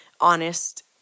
honest